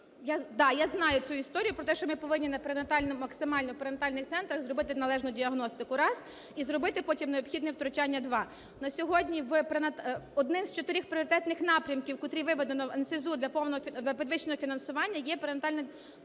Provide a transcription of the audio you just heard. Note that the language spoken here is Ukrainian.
я знаю цю історію про те, що ми повинні максимально в перинатальних центрах зробити належну діагностику - раз. І зробити потім необхідне втручання – два. На сьогодні один з чотирьох пріоритетних напрямків, котрі виведено в НСЗУ для підвищеного фінансування, є перинатальна допомога.